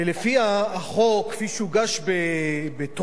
שלפיה החוק, כפי שהוגש לטרומית,